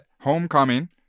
homecoming